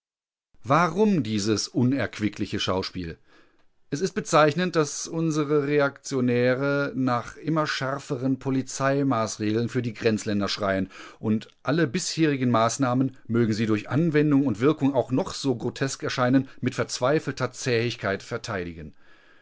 warum dieses unerquickliche schauspiel es ist bezeichnend daß unsere reaktionäre nach immer schärferen polizeimaßregeln für die grenzländer schreien und alle bisherigen maßnahmen mögen sie durch anwendung und wirkung auch noch so grotesk erscheinen mit verzweifelter zähigkeit verteidigen